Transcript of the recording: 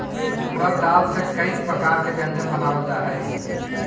उड़द दाल से कईक प्रकार के व्यंजन बनावल जा हई